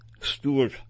Stewart